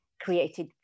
created